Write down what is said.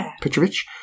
Petrovich